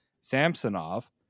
Samsonov